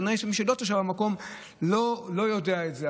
כנראה שמי שלא תושב המקום לא יודע את זה,